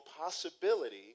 possibility